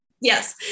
Yes